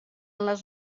les